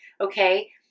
Okay